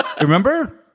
Remember